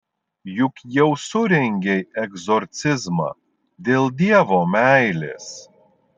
juk jau surengei egzorcizmą dėl dievo meilės